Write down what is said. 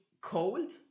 cold